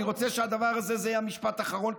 זה יהיה המשפט האחרון,